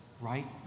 Right